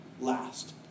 last